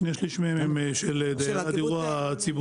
שני שליש מהם הם של דיירי הדיור הציבורי.